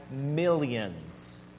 millions